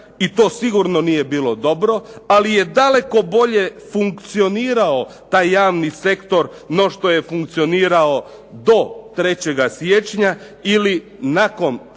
I to sigurno nije bilo dobro. Ali je daleko bolje funkcionirao taj javni sektor no što je funkcionirao do 3. siječnja ili nakon